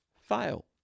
fail